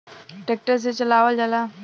tractor से चलावल जाला